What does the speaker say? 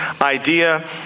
idea